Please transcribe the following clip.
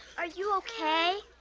are you okay?